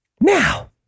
Now